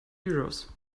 euros